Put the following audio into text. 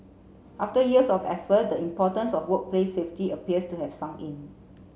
after years of effort the importance of workplace safety appears to have sunk in